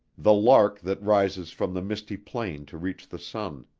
the lark that rises from the misty plain to reach the sun.